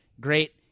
great